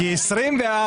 כי 2024,